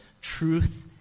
truth